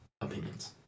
opinions